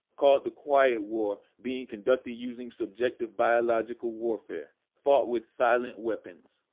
called the quiet war being conducted using subjective biological warfare, fought with silent weapons.